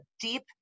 deep